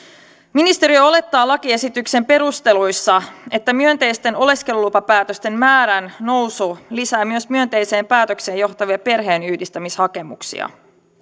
ministeriö olettaa lakiesityksen perusteluissa että myönteisten oleskelulupapäätösten määrän nousu lisää myös myönteiseen päätökseen johtavia perheenyhdistämishakemuksia